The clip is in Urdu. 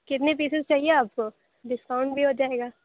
کتنی پیسز چاہیے آپ کو ڈسکاؤنٹ بھی ہو جائے گا